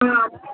ఆ